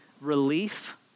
relief